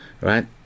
right